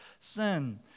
sin